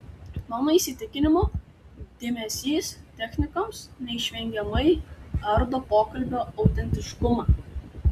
mano įsitikinimu dėmesys technikoms neišvengiamai ardo pokalbio autentiškumą